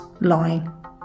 lying